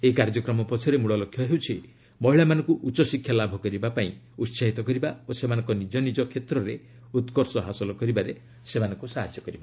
ଏହି କାର୍ଯ୍ୟକ୍ରମ ପଛରେ ମୂଳ ଲକ୍ଷ୍ୟ ହେଉଛି ମହିଳାମାନଙ୍କୁ ଉଚ୍ଚଶିକ୍ଷା ଲାଭ କରିବା ପାଇଁ ଉତ୍ସାହିତ କରିବା ଓ ସେମାନଙ୍କ ନିଜ ନିଜ କ୍ଷେତ୍ରରେ ଉତ୍କର୍ଷ ହାସଲ କରିବାରେ ସାହାଯ୍ୟ କରିବା